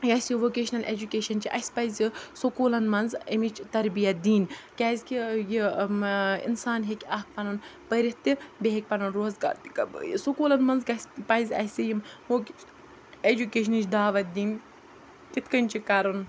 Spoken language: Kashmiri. یہِ اَسہِ یہِ ووکیشنَل ایجوکیشَن چھِ اَسہِ پَزِ سکوٗلَن منٛز أمِچ تربیت دِنۍ کیٛازِکہِ یہِ اِنسان ہیٚکہِ اَکھ پَنُن پٔرِتھ تہِ بیٚیہِ ہیٚکہِ پَنُن روزگار تہِ کَمٲیتھ سکوٗلَن منٛز گژھِ پَزِ اَسہِ یِم ایجوکیشنٕچ دعوت دِنۍ تِتھ کٔنۍ چھِ کَرُن